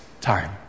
time